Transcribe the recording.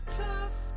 tough